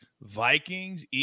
Vikings